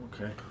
okay